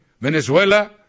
Venezuela